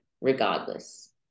regardless